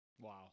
Wow